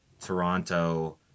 Toronto